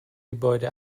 gebäude